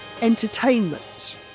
entertainment